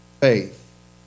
faith